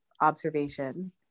observation